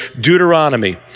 Deuteronomy